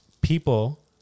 people